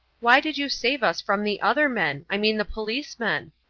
why did you save us from the other men? i mean the policemen?